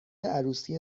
عروسی